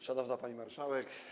Szanowna Pani Marszałek!